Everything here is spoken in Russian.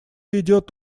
идет